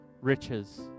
riches